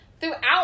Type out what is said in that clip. throughout